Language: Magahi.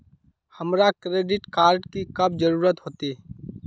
हमरा क्रेडिट कार्ड की कब जरूरत होते?